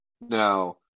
Now